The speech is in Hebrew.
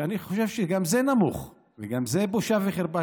ואני חושב שגם זה נמוך וגם זה בושה וחרפה,